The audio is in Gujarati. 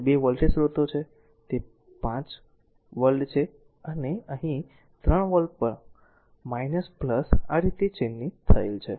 અને 2 વોલ્ટેજ સ્ત્રોતો છે તે 5 વોલ્ટ છે અને અહીં 3 વોલ્ટ પણ આ રીતે તે ચિહ્નિત થયેલ છે